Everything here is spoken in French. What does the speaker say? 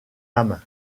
âme